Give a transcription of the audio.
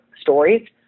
stories